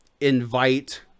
invite